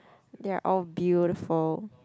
they are all beautiful